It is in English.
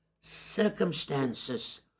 circumstances